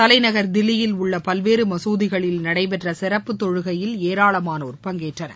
தலைநகர் தில்லியில் உள்ள பல்வேறு மசூதிகளில் நடைபெற்ற சிறப்பு தொழுகையில் ஏராளமானோர் பங்கேற்றனர்